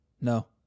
No